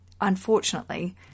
unfortunately